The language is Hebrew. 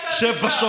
של תעמולה סובייטית.